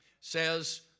Says